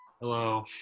Hello